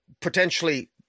potentially